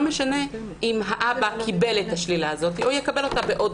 משנה אם האבא קיבל את השלילה הזאת או יקבל אותה בעוד